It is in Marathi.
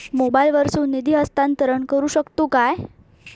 मोबाईला वर्सून निधी हस्तांतरण करू शकतो काय?